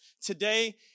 today